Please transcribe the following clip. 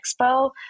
Expo